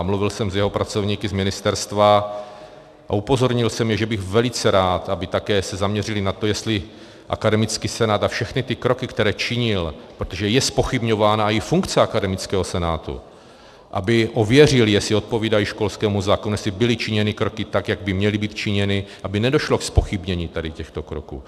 Mluvil jsem s jeho pracovníky z ministerstva a upozornil jsem je, že bych velice rád, aby se také zaměřili na to, jestli akademický senát a všechny ty kroky, které činil, protože je zpochybňována i funkce akademického senátu, aby ověřil, jestli odpovídají školskému zákonu, jestli byly činěny kroky tak, jak by měly být činěny, aby nedošlo ke zpochybnění těchto kroků.